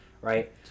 right